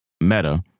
Meta